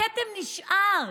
הכתם נשאר.